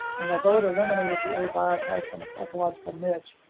and although it eliminated the a biotype from its ecological niche,